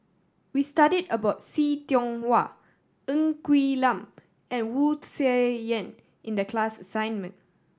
we studied about See Tiong Wah Ng Quee Lam and Wu Tsai Yen in the class assignment